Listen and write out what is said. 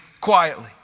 quietly